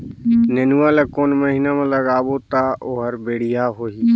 नेनुआ ला कोन महीना मा लगाबो ता ओहार बेडिया होही?